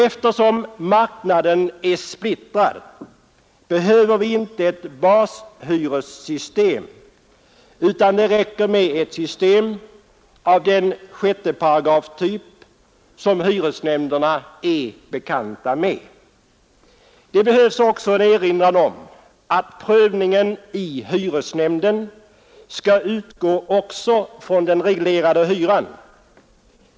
Eftersom marknaden är splittrad, behöver vi inte ett bashyressystem, utan det räcker med ett system av den 6 §-typ som hyresnämnderna är bekanta med. Det behövs vidare en erinran om att prövningen i hyresnämnden skall utgå också från den reglerade hyran.